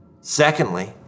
Secondly